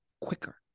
quicker